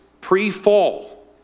pre-fall